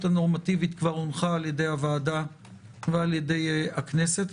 הנורמטיבית כבר הונחה על ידי הוועדה ועל ידי הכנסת.